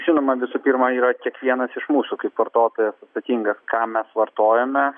žinoma visų pirma yra kiekvienas iš mūsų kaip vartotojas atsakingas ką mes vartojame